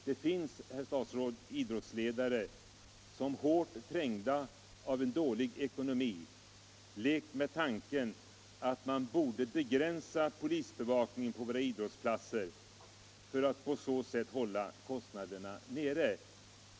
Det finns, herr statsråd, idrottsledare som hårt trängda av en dålig ekonomi lekt med tanken att man borde begränsa polisbevakningen på våra idrottsplatser för att på så sätt hålla kostnaderna nere.